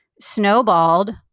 snowballed